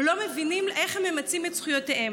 או לא מבינים איך הם ממצים את זכויותיהם.